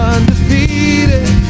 Undefeated